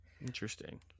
interesting